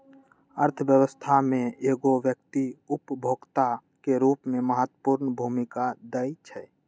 अर्थव्यवस्था में एगो व्यक्ति उपभोक्ता के रूप में महत्वपूर्ण भूमिका दैइ छइ